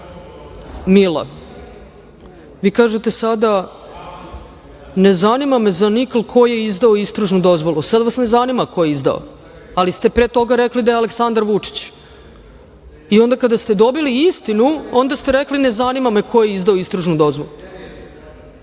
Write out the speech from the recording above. mila. Vi kažete sada – ne zanima me za nikl ko je izdao istražnu dozvolu, sad vas ne zanima ko je izdao, ali ste pre toga rekli da je Aleksandar Vučić i onda kada ste dobili istinu, onda ste rekli – ne zanima me ko je izdao istražnu dozvolu.